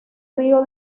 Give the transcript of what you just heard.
río